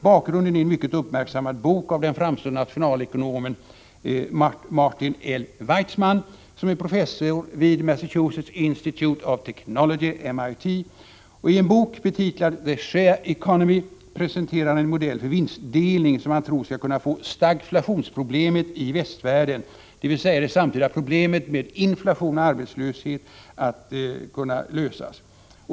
Bakgrunden är en mycket uppmärksammad bok av den framstående nationalekonomen Martin L. Weitzman, som är professor vid Massachusetts Institute of Technology, MIT. Han presenterar i boken, som är betitlad The Share Economy, en modell för vinstdelning som han tror skall kunna få stagflationsproblemen i västvärlden, dvs. det samtidiga problemet med inflation och arbetslöshet, att lösas.